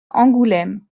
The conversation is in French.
angoulême